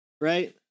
right